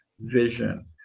vision